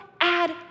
add